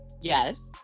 Yes